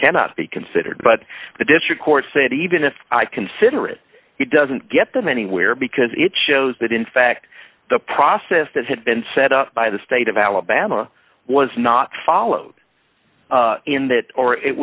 cannot be considered but the district court said even if i consider it it doesn't get them anywhere because it shows that in fact the process that had been set up by the state of alabama was not followed in that or it